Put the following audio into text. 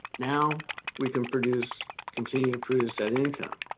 now we can produce continue to produce that income